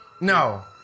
No